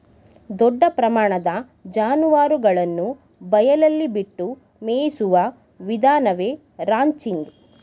ದೊಡ್ಡ ಪ್ರಮಾಣದ ಜಾನುವಾರುಗಳನ್ನು ಬಯಲಿನಲ್ಲಿ ಬಿಟ್ಟು ಮೇಯಿಸುವ ವಿಧಾನವೇ ರಾಂಚಿಂಗ್